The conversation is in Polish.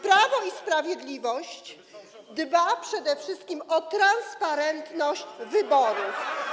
Prawo i Sprawiedliwość dba przede wszystkim o transparentność wyborów.